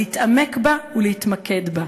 להתעמק בה ולהתמקד בה.